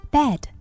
bed